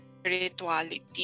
spirituality